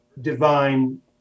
divine